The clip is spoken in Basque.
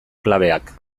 klabeak